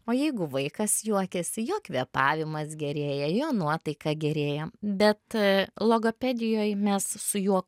o jeigu vaikas juokiasi jo kvėpavimas gerėja jo nuotaika gerėja bet logopedijoj mes su juo